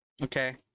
Okay